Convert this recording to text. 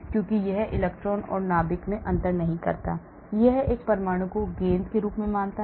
क्योंकि यह इलेक्ट्रॉन और नाभिक में अंतर नहीं करता है यह एक परमाणु को एक गेंद के रूप में मानता है